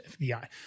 FBI